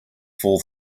fall